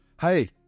Hey